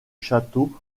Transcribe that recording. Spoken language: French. château